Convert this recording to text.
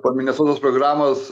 po minesotos programos